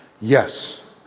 Yes